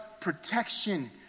protection